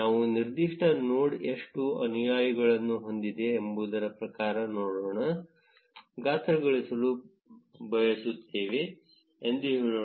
ನಾವು ನಿರ್ದಿಷ್ಟ ನೋಡ್ ಎಷ್ಟು ಅನುಯಾಯಿಗಳನ್ನು ಹೊಂದಿದೆ ಎಂಬುದರ ಪ್ರಕಾರ ನೋಡ್ಗಳನ್ನು ಗಾತ್ರಗೊಳಿಸಲು ಬಯಸುತ್ತೇವೆ ಎಂದು ಹೇಳೋಣ